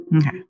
okay